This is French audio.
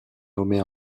nommée